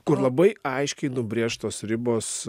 kur labai aiškiai nubrėžtos ribos